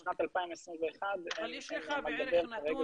בשנת 2021 אין על מה לדבר,